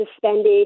suspended